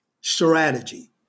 strategy